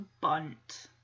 bunt